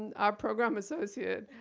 our program associate,